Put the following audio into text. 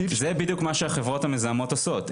זה בדיוק מה שהחברות המזהמות עושות.